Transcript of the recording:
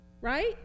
Right